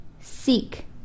seek